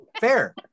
Fair